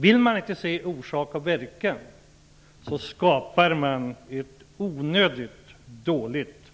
Vill man inte det, skapar man ett onödigt dåligt